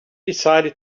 decided